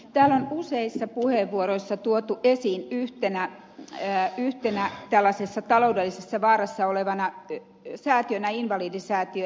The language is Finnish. täällä on useissa puheenvuoroissa tuotu esiin yhtenä tällaisessa taloudellisessa vaarassa olevana säätiönä invalidisäätiö